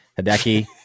Hideki